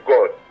God